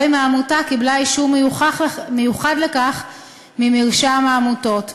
או אם העמותה קיבלה אישור מיוחד לכך מרשם העמותות.